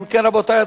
קריאה שלישית, רבותי.